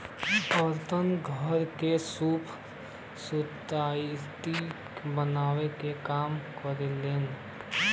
औरतन घर के सूप सुतुई बनावे क काम करेलीन